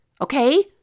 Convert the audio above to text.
okay